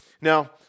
Now